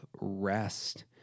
rest